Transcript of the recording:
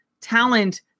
talent